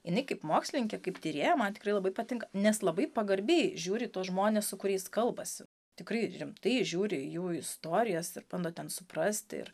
jinai kaip mokslininkė kaip tyrėja man tikrai labai patinka nes labai pagarbiai žiūri į tuos žmones su kuriais kalbasi tikrai rimtai žiūri jų istorijas ir bando ten suprasti ir